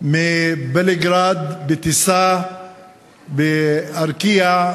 מבלגרד בטיסת "ארקיע"